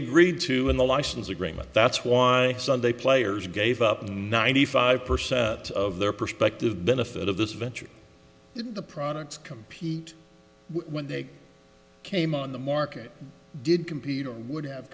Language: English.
agreed to in the license agreement that's why sunday players gave up ninety five percent of their prospective benefit of this venture in the products compete when they came on the market did compete or would have